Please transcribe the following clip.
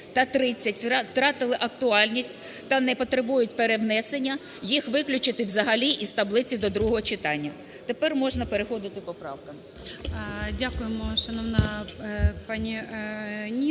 та 30 втратили актуальність та не потребують перевнесення, їх виключити взагалі із таблиці до другого читання. Тепер можна переходити по правкам.